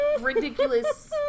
ridiculous